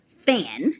fan